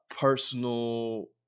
personal